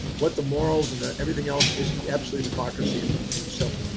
what the morals and everything else, is absolute hypocrisy and and self,